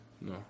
No